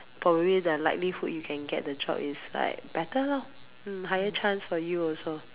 probably the likelihood you can get the job is like better loh mm higher chance for you also